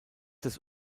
des